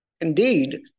Indeed